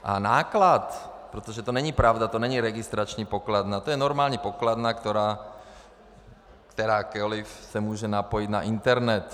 A náklad protože není pravda, to není registrační pokladna, to je normální pokladna, která se může napojit na internet.